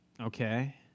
Okay